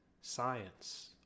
science